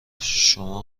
شما